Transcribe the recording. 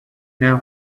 now